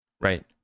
right